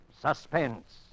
Suspense